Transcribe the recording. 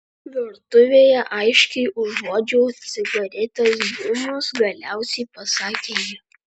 virtuvėje aiškiai užuodžiau cigaretės dūmus galiausiai pasakė ji